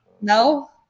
No